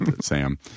Sam